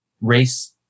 race